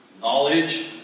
knowledge